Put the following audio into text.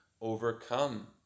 overcome